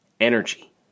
energy